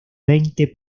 veinte